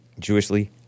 Jewishly